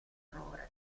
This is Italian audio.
errore